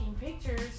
pictures